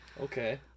Okay